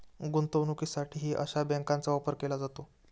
गुंतवणुकीसाठीही अशा बँकांचा वापर केला जातो